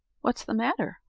what's the matter?